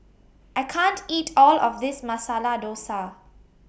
I can't eat All of This Masala Dosa